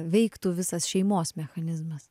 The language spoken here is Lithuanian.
veiktų visas šeimos mechanizmas